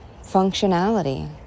functionality